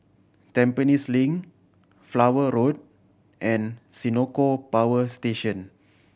Tampines Link Flower Road and Senoko Power Station